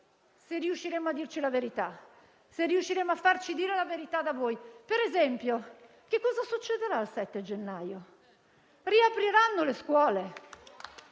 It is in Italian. se riusciremo a dirci la verità, se riusciremo a farci dire la verità da voi. Per esempio, che cosa succederà il 7 gennaio? Le scuole